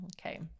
Okay